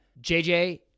JJ